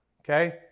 Okay